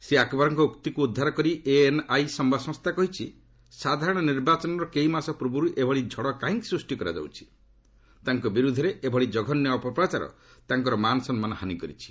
ଶ୍ରୀ ଆକ୍ବରଙ୍କ ଉକ୍ତିକ୍ ଉଦ୍ଧାର କରି ଏଏନ୍ଆଇ ସମ୍ଭାଦ ସଂସ୍ଥା କହିଛି ସାଧାରଣ ନିର୍ବାଚନର କେଇ ମାସ ପୂର୍ବରୁ ଏପରି ଝଡ଼ କାହିଁକି ସୃଷ୍ଟି କରାଯାଉଛି ତାଙ୍କ ବିରୁଦ୍ଧରେ ଏଭଳି ଜଘନ୍ୟ ଅପପ୍ରଚାର ତାଙ୍କ ମାନସମ୍ମାନ ହାନି କରିଛି